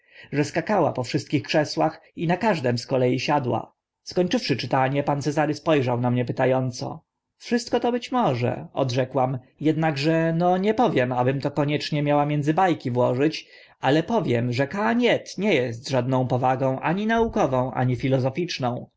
że skakała po wszystkich krzesłach i na każdym z kolei siadła skończywszy czytanie pan cezary spo rzał na mnie pyta ąco wszystko to być może odrzekłam ednakże nno nie powiem abym to koniecznie miała między ba ki włożyć ale powiem że cahagnet nie est żadną powagą ani naukową ani filozoficzną